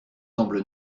semble